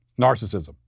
Narcissism